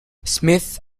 smith